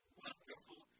wonderful